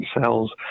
cells